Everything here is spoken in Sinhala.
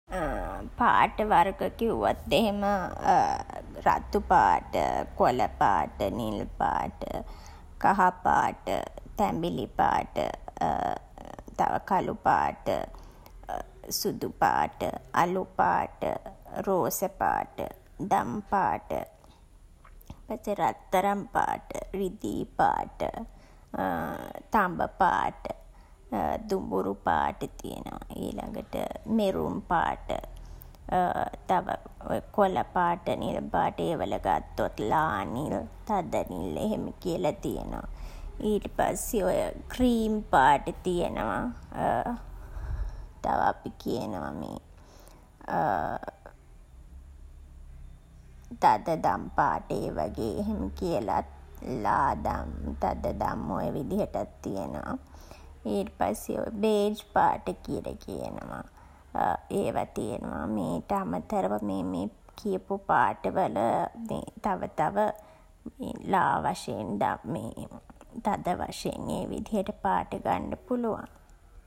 පාට වර්ග කිව්වොත් එහෙම රතු පාට, කොළ පාට, නිල් පාට, කහ පාට, තැඹිලි පාට තව කළු පාට සුදු පාට, අළු පාට, රෝස පාට, දම් පාට ඊට පස්සේ රත්තරන් පාට, රිදී පාට තඹ පාට දුඹුරු පාට තියනවා. ඊළඟට මෙරුන් පාට. තව ඔය කොළ පාට, නිල් පාට ඒවල ගත්තොත් ලා නිල්, තද නිල් එහෙම කියලා තියනවා. ඊට පස්සේ ඔය ක්‍රීම් පාට තියනවා. තව අපි කියනවා මේ තද දම් පාට ඒ වගේ එහෙම කියලත්. ලා දම්, තද දම් ඔය විදිහටත් තියනවා. ඊට පස්සේ බේජ් පාට කියලා කියනවා. ඒවා තියනවා. ඊට අමතරව මේ කියපු පාට වල මේ තව තව ලා වශයෙන් දම් තද වශයෙන් ඒ විදිහට පාට ගන්න පුළුවන්.